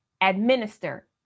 administer